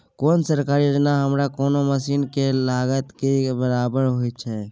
कोन सरकारी योजना हमरा कोनो मसीन के लागत के बराबर होय छै?